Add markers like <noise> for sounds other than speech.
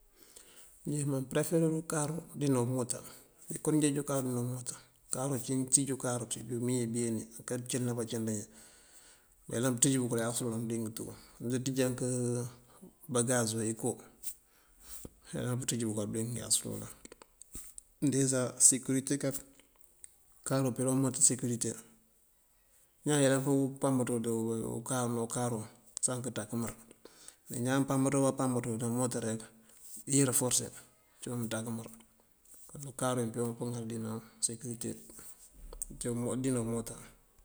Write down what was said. Injí mampëreferir ukarú díná umoota. Kom mëënjeej ukarú ná umoota, ukarú cí mëënţíj ukarú tí umiñi wí beenjí kapëcil ná bacënţ injí, manyëlan pëţíj bukal uyáas uloolan bëliŋ tú mëëndoon ţíjank <hesitation> bogas ná iko ayëlan pëţíj bukal bëliŋ uyáas uloolan. Desa, sekirite kak, ukarú pelan umoota sekirite ñaan yëlan pëpambaţo dúu ukarú. Ná ukarú saŋ këţak mër. Me ñaan pambaţo këpambaţo dí umoota rek iyër forse, cúu mëţak mër. Ukarú wí pewuŋ pëŋal dina sekirite dina umoota.